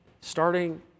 Starting